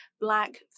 black